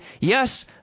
yes